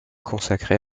consacré